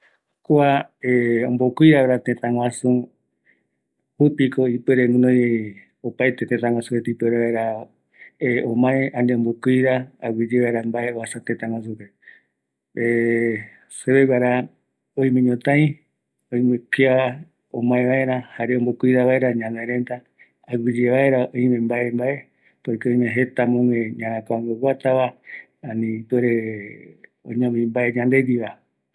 Kua ombocuida tëtäva, ikaviko, öime vaera yaiko kavi, jayave oïmeta mboromboete, yeparareko opaeterupi, jayave ikaviko öi kuareta, oïme reve mboromboete, jare mbaetɨ reve yuvanga